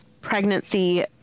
pregnancy